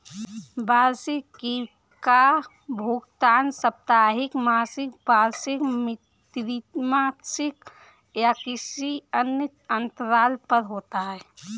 वार्षिकी का भुगतान साप्ताहिक, मासिक, वार्षिक, त्रिमासिक या किसी अन्य अंतराल पर होता है